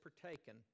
partaken